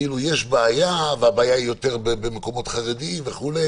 כאילו יש בעיה והבעיה היא יותר במקומות חרדיים וכו'.